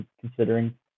considering